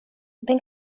den